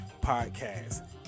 podcast